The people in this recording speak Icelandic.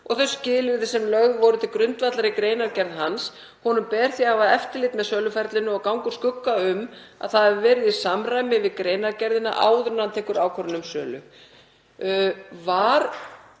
og þau skilyrði sem lögð voru til grundvallar í greinargerð hans. Honum ber því að hafa eftirlit með söluferlinu og ganga úr skugga um að það hafi verið í samræmi við greinargerðina áður en hann tekur ákvörðun um sölu.“ Var